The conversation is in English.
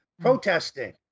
protesting